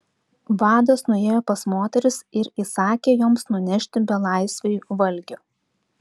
vadas nuėjo pas moteris ir įsakė joms nunešti belaisviui valgio